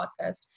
podcast